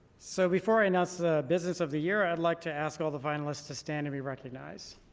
so before i announce the business of the year i'd like to ask all the finalists to stand and be recognized.